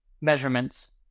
measurements